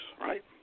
right